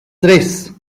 tres